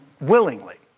willingly